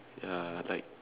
ya like